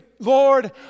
Lord